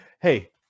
hey